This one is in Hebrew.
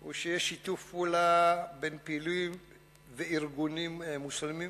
הם שיש שיתוף פעולה בין פעילים וארגונים מוסלמיים,